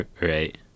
Right